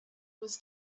was